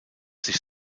sich